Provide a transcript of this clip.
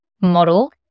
model